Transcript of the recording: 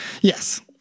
Yes